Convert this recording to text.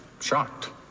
shocked